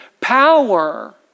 power